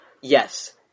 Yes